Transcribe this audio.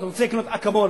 אני רוצה לקנות "אקמול",